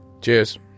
Cheers